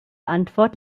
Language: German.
antwort